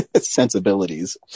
sensibilities